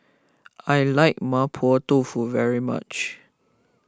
I like Mapo Tofu very much